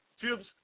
tubes